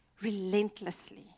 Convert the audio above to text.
relentlessly